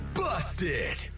busted